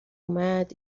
اومد